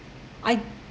I